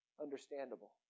understandable